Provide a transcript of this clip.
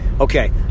Okay